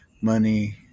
money